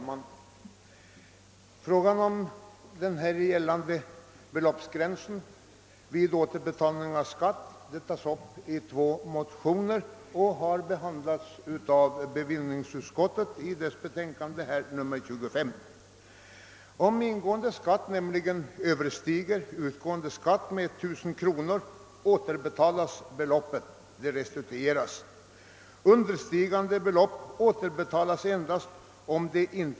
Herr talman! Frågan om gällande beloppsgräns vid återbetalning av skatt tas upp i två motioner och har behandlats av bevillningsutskottet i dess betänkande nr 25.